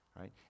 right